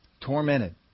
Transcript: Tormented